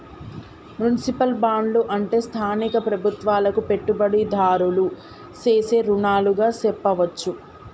municipal బాండ్లు అంటే స్థానిక ప్రభుత్వాలకు పెట్టుబడిదారులు సేసే రుణాలుగా సెప్పవచ్చు